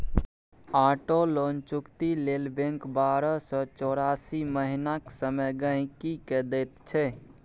auto loan चुकती लेल bank बारह सँ चौरासी महीनाक समय गांहिकी केँ दैत छै